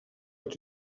est